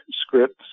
scripts